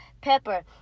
pepper